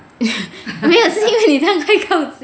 没有是因为你这样太靠近了